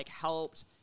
helped